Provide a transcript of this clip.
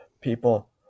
people